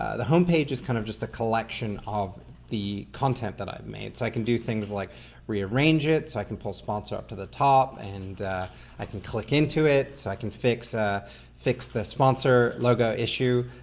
ah the home page is kind of just a collection of the content that i've made, so i can do things like rearrange it, so i can put a sponsor up to the top, and i can click into it, so i can fix ah fix the sponsor logo slew,